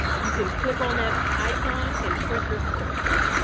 you can click on that icon and print your certificate.